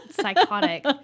psychotic